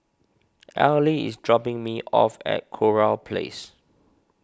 Eli is dropping me off at Kurau Place